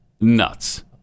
nuts